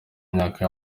myaka